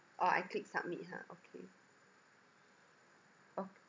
orh I click submit ha okay ok~